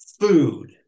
food